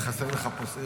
חסר לך פה שר?